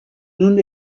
nun